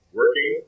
working